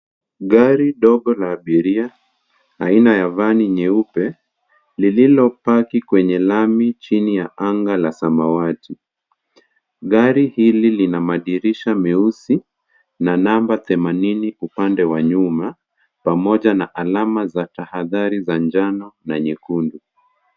Gari dogo la abiria aina ya vani nyeupe, lililopaki kwenye lami chini ya anga la samawati. Gari hili lina madirisha meusi na namba themanini upande wa nyuma pamoja na alama za tahadhari za njano na nyekundu.